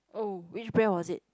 oh which brand was it